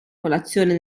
colazione